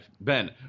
Ben